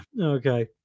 Okay